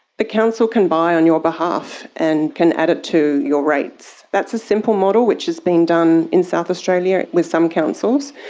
the council can buy on your behalf and can add it to your rates. that's a simple model which is being done in south australia with some councils.